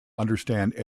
understand